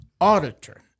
auditor